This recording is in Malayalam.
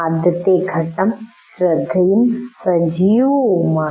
ആദ്യത്തെ ഘട്ടം ശ്രദ്ധയും സജീവവുമാണ്